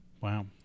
wow